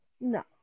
No